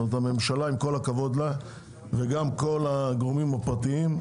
הממשלה, עם כל הכבוד לה, וגם כל הגורמים הפרטיים,